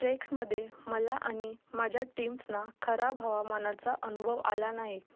ट्रेक्समध्ये मला आणि माझ्या टीम्सना खराब हवामानाचा अनुभव आला नाही